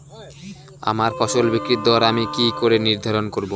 আমার ফসল বিক্রির দর আমি কি করে নির্ধারন করব?